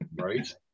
Right